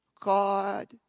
God